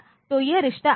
तो यह रिश्ता आएगा